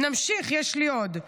נמשיך, יש לי עוד: